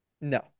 No